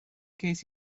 ces